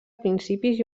principis